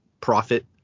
profit